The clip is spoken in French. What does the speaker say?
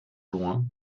loin